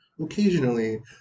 occasionally